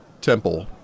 temple